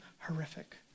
horrific